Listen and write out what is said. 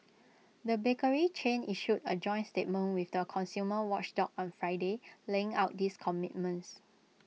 the bakery chain issued A joint statement with the consumer watchdog on Friday laying out these commitments